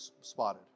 spotted